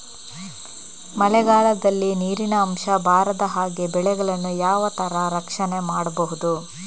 ಮಳೆಗಾಲದಲ್ಲಿ ನೀರಿನ ಅಂಶ ಬಾರದ ಹಾಗೆ ಬೆಳೆಗಳನ್ನು ಯಾವ ತರ ರಕ್ಷಣೆ ಮಾಡ್ಬಹುದು?